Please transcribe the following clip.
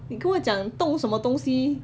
你跟我讲动什么东西